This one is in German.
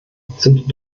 sind